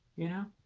you know,